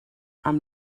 amb